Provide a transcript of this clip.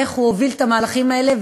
איך הוא הוביל את המהלכים האלה,